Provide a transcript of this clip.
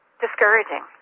discouraging